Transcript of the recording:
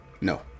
No